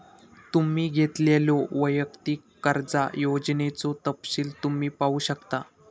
तुम्ही घेतलेल्यो वैयक्तिक कर्जा योजनेचो तपशील तुम्ही पाहू शकता